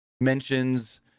mentions